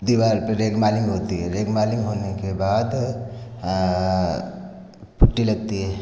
दीवाल पे रेगमालिंग होती है रेगमालिंग होने के बाद पुट्टी लगती है